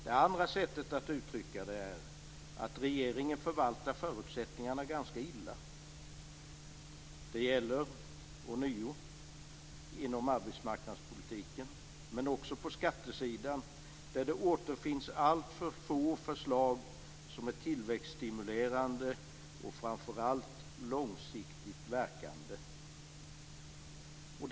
Det andra sättet att uttrycka det är att säga att regeringen förvaltar förutsättningarna ganska illa. Det gäller ånyo inom arbetsmarknadspolitiken, men också på skattesidan, där det återfinns alltför få förslag som är tillväxtstimulerande och framför allt långsiktigt verkande.